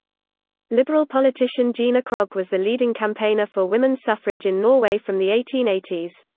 liberal politician gina krog was the leading campaigner for women's suffrage in norway from the eighteen eighty s.